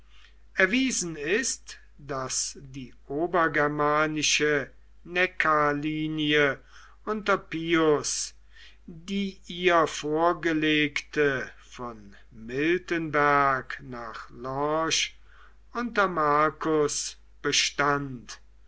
erwiesen ist daß die obergermanische neckarlinie unter pius die ihr vorgelegte von miltenberg nach lorch unter marcus bestand